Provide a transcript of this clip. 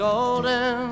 Golden